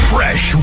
Fresh